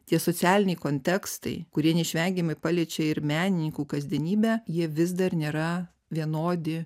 tie socialiniai kontekstai kurie neišvengiamai paliečia ir menininkų kasdienybę jie vis dar nėra vienodi